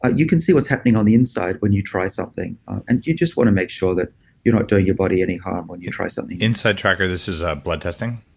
ah you can see what's happening on the inside when you try something. and you just want to make sure that you're not doing your body any harm when you try something insidetracker, this is ah blood testing?